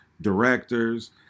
directors